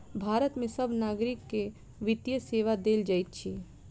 भारत के सभ नागरिक के वित्तीय सेवा देल जाइत अछि